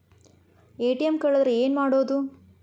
ATM ಕಳದ್ರ ಏನು ಮಾಡೋದು?